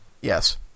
Yes